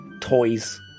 toys